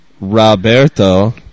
Roberto